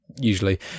usually